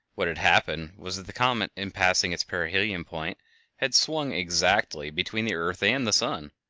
what had happened was that the comet in passing its perihelion point had swung exactly between the earth and the sun.